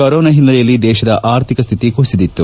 corona ಹಿನ್ನೆಲೆಯಲ್ಲಿ ದೇಶದ ಆರ್ಥಿಕ ಸ್ವಿತಿ ಕುಸಿದಿತ್ತು